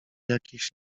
jakichś